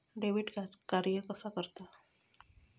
Debit card कसा कार्य करता?